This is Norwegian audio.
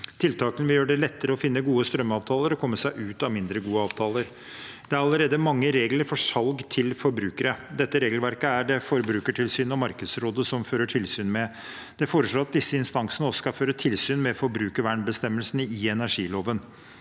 Tiltakene vil gjøre det lettere å finne gode strømavtaler og komme seg ut av mindre gode avtaler. Det er allerede mange regler for salg til forbrukere. Dette regelverket er det Forbrukertilsynet og Markedsrådet som fører tilsyn med. Det foreslås at disse instansene også skal føre tilsyn med forbrukervernbestemmelsene i energiloven.